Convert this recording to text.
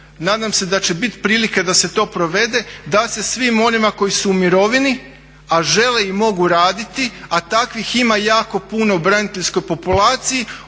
nadam se da će biti prilike da se to provede, da se svim onima koji su u mirovini a žele i mogu raditi, a takvih ima jako puno u braniteljskoj populaciji,